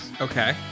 Okay